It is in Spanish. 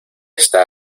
está